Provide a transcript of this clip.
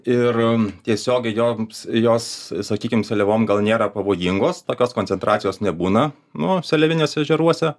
ir tiesiogiai joms jos sakykim seliavom gal nėra pavojingos tokios koncentracijos nebūna nu seliaviniuose ežeruose